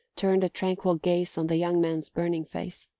turned a tranquil gaze on the young man's burning face.